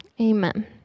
Amen